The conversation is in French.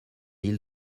île